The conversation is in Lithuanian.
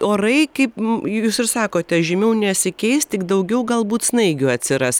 orai kaip jūs ir sakote žymiau nesikeis tik daugiau galbūt snaigių atsiras